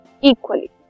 equally